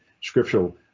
scriptural